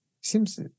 Seems